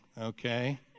okay